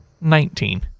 nineteen